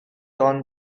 owned